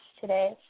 today